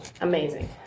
amazing